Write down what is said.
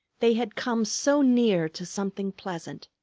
they had come so near to something pleasant.